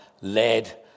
led